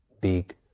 big